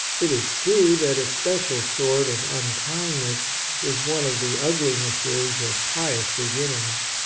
it is true that a special sort of unkindness is one of the uglinesses of pious beginnings.